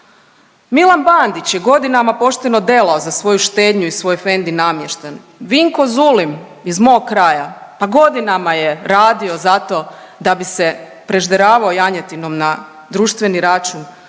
Milan Bandić je godinama pošteno delao za svoju štednju i svoj fendi namještaj. Vinko Zulim iz mog kraja pa godinama je radio za to da bi se prežderavao janjetinom na društveni račun.